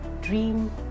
dream